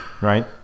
Right